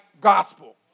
gospel